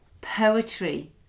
poetry